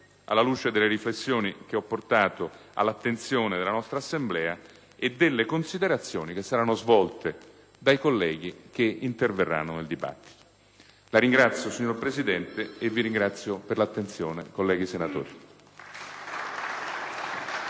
alla luce delle riflessioni che ho portato all'attenzione della nostra Assemblea, e delle considerazioni che saranno svolte dai colleghi che interverranno nel dibattito. La ringrazio, signor Presidente, e ringrazio i colleghi senatori